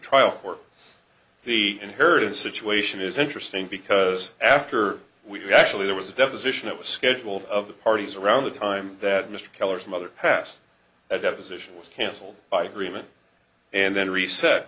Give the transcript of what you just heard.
trial court he inherited the situation is interesting because after we actually there was a deposition it was scheduled of the parties around the time that mr keller's mother passed a deposition was cancelled by agreement and